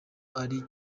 ari